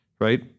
right